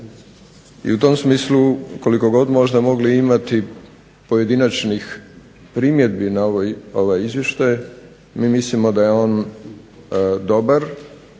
I u tom smislu koliko god mogli imati pojedinačnih primjedbi na ovaj izvještaj mi mislimo da je on dobar